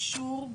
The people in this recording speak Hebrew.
השקף הבא מראה